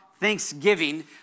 Thanksgiving